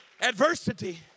Adversity